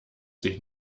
sich